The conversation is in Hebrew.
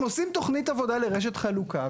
הם עושים תכנית עבודה לרשת חלוקה.